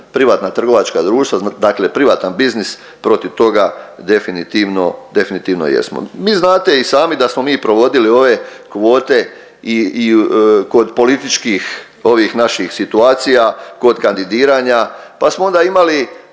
privatna trgovačka društva dakle privatan biznis protiv toga definitivno, definitivno jesmo. Vi znate i sami da smo mi provodili ove kvote i kod političkih ovih naših situacija, kod kandidiranja pa smo onda imali